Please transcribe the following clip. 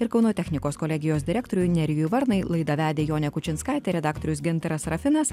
ir kauno technikos kolegijos direktoriui nerijui varnui laidą vedė jonė kučinskaitė redaktorius gintaras serafinas